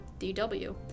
DW